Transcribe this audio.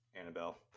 Annabelle